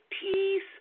peace